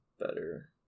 better